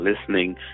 listening